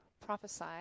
prophesy